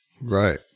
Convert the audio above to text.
Right